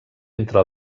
entre